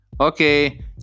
Okay